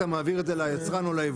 אתה מעביר את זה ליצרן או ליבואן.